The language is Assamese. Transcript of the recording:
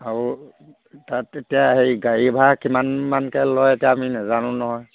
আৰু তাত এতিয়া হেৰি গাড়ী ভাড়া কিমানমানকৈ লয় এতিয়া আমি নাজানো নহয়